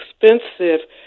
expensive